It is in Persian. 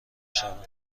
شوم